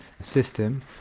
system